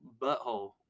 butthole